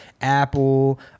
Apple